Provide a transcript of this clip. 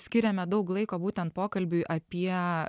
skiriame daug laiko būtent pokalbiui apie